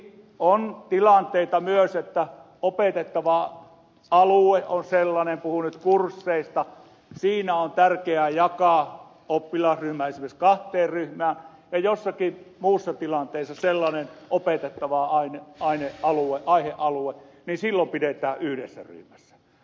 on myös tilanteita että opetettava alue on sellainen puhun nyt kursseista että siinä on tärkeä jakaa oppilasryhmä esimerkiksi kahteen ryhmään ja jossakin muussa tilanteessa on sellainen opetettava aihealue että silloin pidetään yhdessä ryhmässä